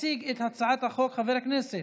יציג את הצעת החוק חבר הכנסת